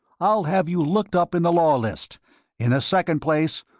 i'll have you looked up in the law list in the second place,